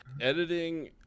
editing